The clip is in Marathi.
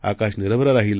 आकाशनिरभ्रराहील